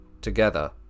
Together